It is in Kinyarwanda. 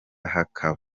hakaba